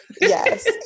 Yes